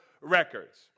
Records